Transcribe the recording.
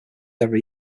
every